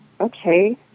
okay